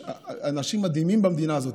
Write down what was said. יש אנשים מדהימים במדינה הזאת.